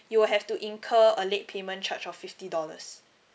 you will have to incur a late payment charge of fifty dollars